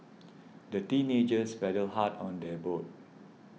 the teenagers paddled hard on their boat